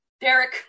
Derek